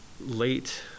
late